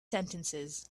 sentences